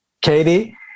Katie